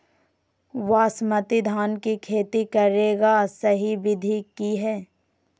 बासमती धान के खेती करेगा सही विधि की हय?